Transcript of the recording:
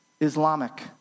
Islamic